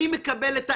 אני מקבל את העמדה.